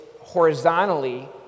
horizontally